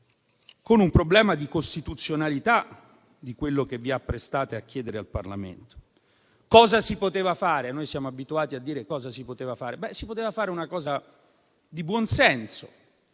con un problema di costituzionalità di quello che vi apprestate a chiedere al Parlamento. Cosa si poteva fare? Noi siamo abituati a dire cosa si poteva fare. Si poteva fare una cosa di buon senso: